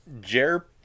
Jer